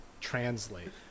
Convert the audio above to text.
translate